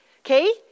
Okay